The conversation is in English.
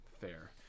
fair